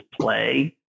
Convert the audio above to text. play